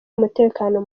umutekano